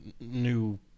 new